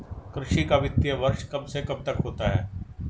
कृषि का वित्तीय वर्ष कब से कब तक होता है?